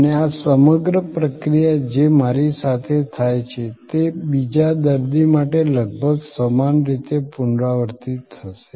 અને આ સમગ્ર પ્રક્રિયા જે મારી સાથે થાય છે તે બીજા દર્દી માટે લગભગ સમાન રીતે પુનરાવર્તિત થશે